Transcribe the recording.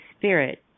Spirit